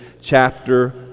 chapter